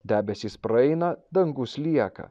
debesys praeina dangus lieka